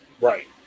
Right